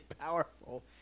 powerful